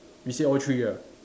we see all three ah